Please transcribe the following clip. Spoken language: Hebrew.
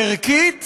ערכית